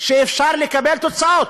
שאפשר לקבל תוצאות.